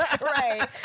Right